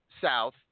South